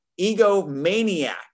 egomaniac